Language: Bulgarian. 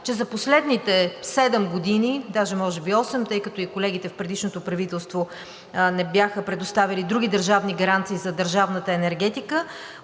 че за последните седем или може би осем години, тъй като и колегите в предишното правителство не бяха предоставили други държавни гаранции за държавната енергетика,